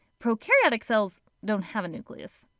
prokaryotic cells don't have a nucleus.